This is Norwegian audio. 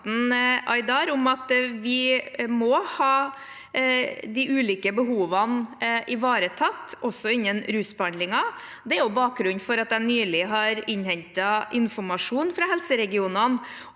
vi må ha de ulike behovene ivaretatt, også innen rusbehandlingen. Det er bakgrunnen for at jeg nylig har innhentet informasjon fra helseregionene